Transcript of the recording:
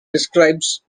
describes